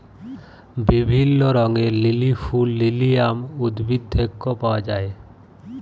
বিভিল্য রঙের লিলি ফুল লিলিয়াম উদ্ভিদ থেক্যে পাওয়া যায়